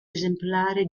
esemplare